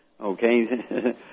okay